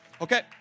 okay